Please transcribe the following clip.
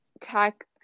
tech